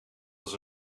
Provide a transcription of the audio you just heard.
als